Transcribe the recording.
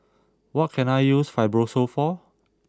what can I use Fibrosol for